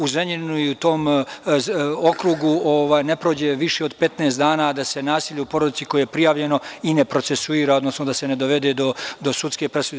U Zrenjaninu i u tom okrugu ne prođe više od 15 dana a da se nasilje u porodici koje je prijavljeno i ne procesuira, odnosno ne dovede do sudske presude.